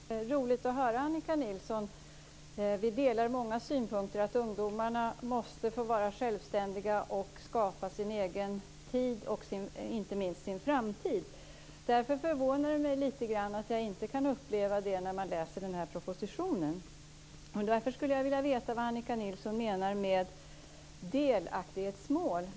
Herr talman! Det var roligt att höra Annika Nilsson. Vi delar många synpunkter. Ungdomarna måste få vara självständiga och skapa sin egen tid och inte minst sin framtid. Därför förvånar det mig lite grann att jag inte kan uppleva det när jag läser propositionen. Därför skulle jag vilja veta vad Annika Nilsson menar med delaktighetsmål.